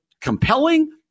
compelling